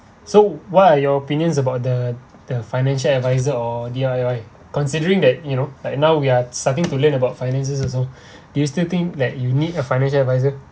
so what are your opinions about the the financial advisor or D_I_Y considering that you know like now we are starting to learn about finances also do you still think like you need a financial advisor